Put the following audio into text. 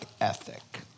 ethic